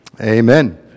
Amen